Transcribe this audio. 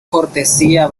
cortesía